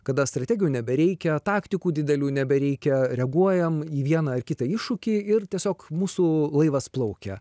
kada strategijų nebereikia taktikų didelių nebereikia reaguojam į vieną ar kitą iššūkį ir tiesiog mūsų laivas plaukia